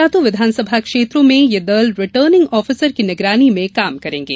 सातो विधानसभा क्षेत्रों में ये दल रिटर्निंग आफीसर की निगरानी में कार्य करेंगे